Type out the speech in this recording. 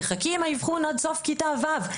תחכי עם האבחון עד סוף כיתה ו',